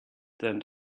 than